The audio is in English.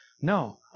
No